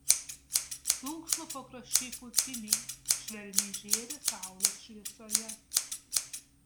plunksnų pakraščiai pūkiniai švelniai žėri saulės šviesoje